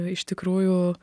iš tikrųjų